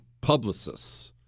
publicists